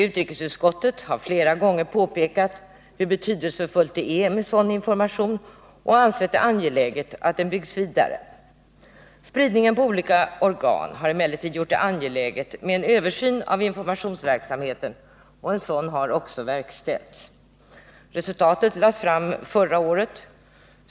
Utrikesutskottet har också flera gånger påpekat hur betydelsefullt det är med sådan information och har också ansett det angeläget att den byggs ut. Spridningen på olika organ har emellertid gjort det angeläget med en översyn av informationsverksamheten och en sådan har verkställts. Resultatet av denna lades fram förra året.